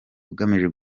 ugamije